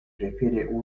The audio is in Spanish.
prepara